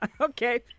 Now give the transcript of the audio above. Okay